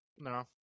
No